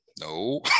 No